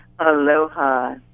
aloha